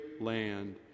land